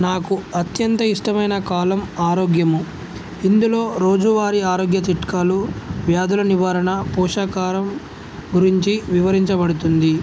నాకు అత్యంత ఇష్టమైన కాలమ్ ఆరోగ్యము ఇందులో రోజువారి ఆరోగ్య చిట్కాలు వ్యాధుల నివారణ పోషకాహారం గురించి వివరించబడుతుంది